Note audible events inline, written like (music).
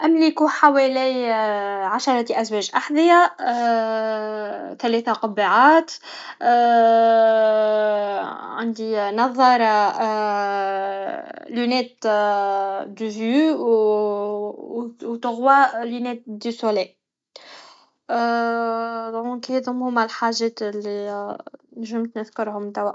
املك حوالي عشره ازواج احذيه (hesitation) ثلاثه قبعات (hesitation) عندي نظاره (hesitation) لينات دو في و تخوا لينات دو سولاي (hesitation) دونك هاذو هما الحاجات لي نجمت نذكرهم توه